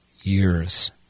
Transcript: years